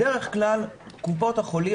בדרך כלל, כל קופות החולים